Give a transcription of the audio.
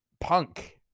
Punk